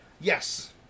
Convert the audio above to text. yes